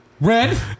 red